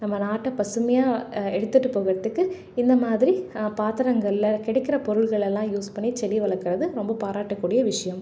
நம்ம நாட்டை பசுமையாக எடுத்துகிட்டு போகிறதுக்கு இந்த மாதிரி பாத்திரங்கள்ல கிடைக்கிற பொருள்களெல்லாம் யூஸ் பண்ணி செடி வளர்க்கறது ரொம்ப பாராட்டக்கூடிய விஷயம்